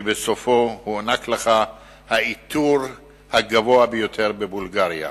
ובסופו הוענק לך העיטור הגבוה ביותר בבולגריה,